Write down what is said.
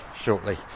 shortly